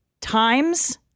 Times